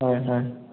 হয় হয়